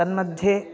तन्मध्ये